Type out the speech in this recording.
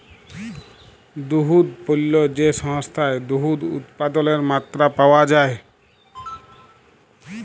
দুহুদ পল্য যে সংস্থায় দুহুদ উৎপাদলের মাত্রা পাউয়া যায়